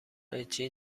قیچی